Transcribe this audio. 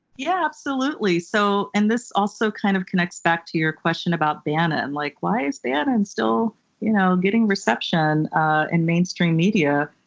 yeah, absolutely. so and this also kind of connects back to your question about bannon, like why is bannon still you know getting reception ah in mainstream media.